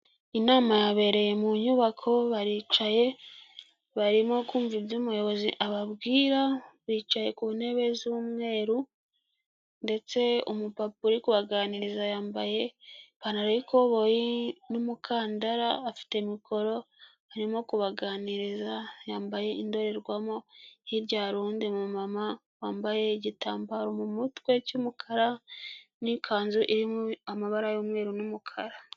Inama yabereye mu nyubako baricaye barimo kumva ibyo umuyobozi ababwira, bicaye ku ntebe z'umweru ndetse umupa uri kubaganiriza yambaye ipantarobo n'umukandara, afite mikoro arimo kubaganiriza yambaye indorerwamo hirya harundi mu mama wambaye igitambaro mu mutwe cyumukara nikanzu irimo amabara y'umweru n'umukara.